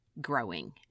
growing